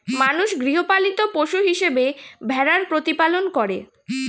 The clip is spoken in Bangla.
মানুষ গৃহপালিত পশু হিসেবে ভেড়ার প্রতিপালন করে